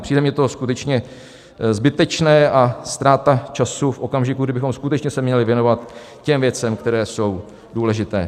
Přijde mi to skutečně zbytečné a ztráta času v okamžiku, kdy bychom se skutečně měli věnovat těm věcem, které jsou důležité.